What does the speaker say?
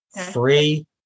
free